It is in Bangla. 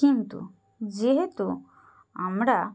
কিন্তু যেহেতু আমরা